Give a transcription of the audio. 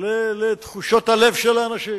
לתחושות הלב של האנשים,